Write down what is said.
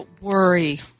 worry